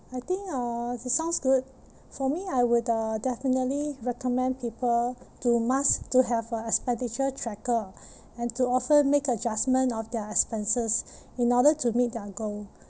I think uh it sounds good for me I would uh definitely recommend people to must to have a expenditure tracker and to often make adjustment on their expenses in order to meet their goal